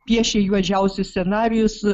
piešia juodžiausius scenarijus